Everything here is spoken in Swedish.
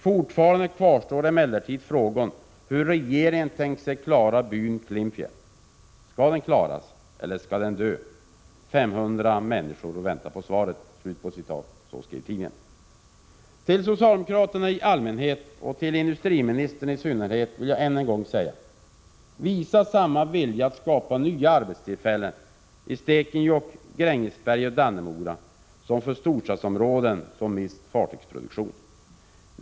”Fortfarande kvarstår emellertid frågan hur regeringen har tänkt sig klara byn Klimpfjäll. Ska den klaras? Eller ska den dö? 500 personer väntar på svaret”, skrev tidningen. Till socialdemokraterna i allmänhet och till industriministern i synnerhet vill jag än en gång säga: Visa samma vilja att skapa nya arbetstillfällen i Stekenjokk, Grängesberg och Dannemora som i de storstadsområden som mist fartygsproduktion.